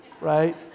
right